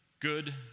Good